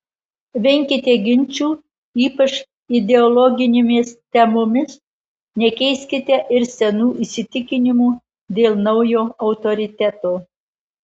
venkite ginčų ypač ideologinėmis temomis nekeiskite ir senų įsitikinimų dėl naujo autoriteto